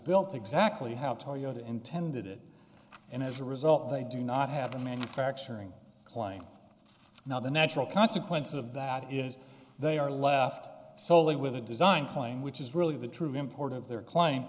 built exactly how toyota intended it and as a result they do not have a manufacturing claim now the natural consequence of that is they are left soley with a design claim which is really the truth import of their cl